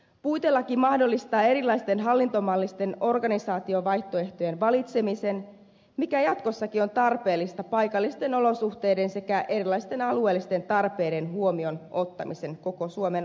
puitelaki mahdollistaa erilaisten hallintomallisten organisaatiovaihtoehtojen valitsemisen mikä jatkossakin on tarpeellista paikallisten olosuhteiden sekä erilaisten alueellisten tarpeiden huomioon ottamiseksi koko suomen alueella